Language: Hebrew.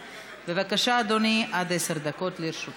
בבקשה, אדוני, עד עשר דקות לרשותך.